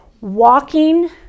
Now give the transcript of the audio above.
walking